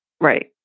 Right